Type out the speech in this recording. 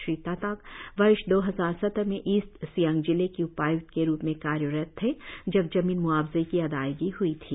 श्री ताताक वर्ष दो हजार सत्रह में ईस्ट सियांग जिले के उपाय्क्त के रुप में कार्यरत थे जब जमीन म्आवजे की अदायगी हई थी